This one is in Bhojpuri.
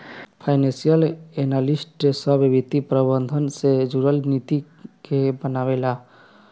फाइनेंशियल एनालिस्ट सभ वित्त प्रबंधन से जुरल नीति के बनावे ला